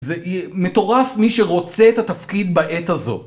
זה מטורף מי שרוצה את התפקיד בעת הזאת.